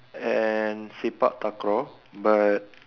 and sepak-takraw but